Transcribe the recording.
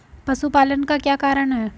पशुपालन का क्या कारण है?